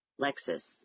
Lexus